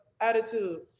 attitude